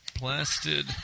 blasted